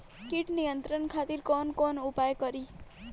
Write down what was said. कीट नियंत्रण खातिर कवन कवन उपाय करी?